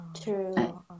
true